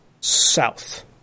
south